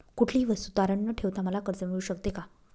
कुठलीही वस्तू तारण न ठेवता मला कर्ज मिळू शकते का?